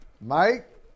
Mike